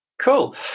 Cool